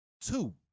two